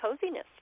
coziness